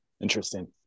Interesting